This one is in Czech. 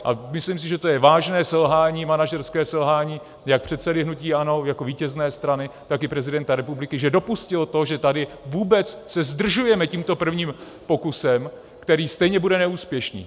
A myslím si, že to je vážné selhání, manažerské selhání jak předsedy hnutí ANO jako vítězné strany, tak i prezidenta republiky, že dopustil to, že se tady vůbec zdržujeme tímto prvním pokusem, který stejně bude neúspěšný.